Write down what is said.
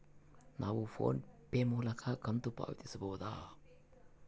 ನಾವು PhonePe ಮೂಲಕ ಕಂತು ಪಾವತಿಸಬಹುದಾ?